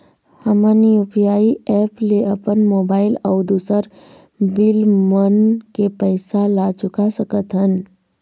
हमन UPI app ले अपन मोबाइल अऊ दूसर बिल मन के पैसा ला चुका सकथन